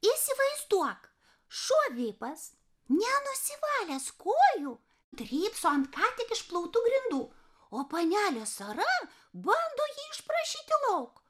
įsivaizduok šuo vipas nenusivalęs kojų drybso ant ką tik išplautų grindų o panelė sara bando jį išprašyti lauk